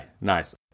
Nice